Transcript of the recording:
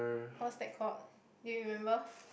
what's that called do you remember